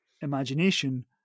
imagination